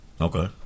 Okay